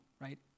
right